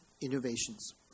innovations